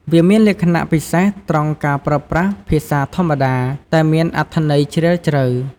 វាមានលក្ខណៈពិសេសត្រង់ការប្រើប្រាស់ភាសាធម្មតា តែមានអត្ថន័យជ្រាលជ្រៅ។